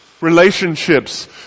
relationships